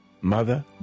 mother